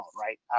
right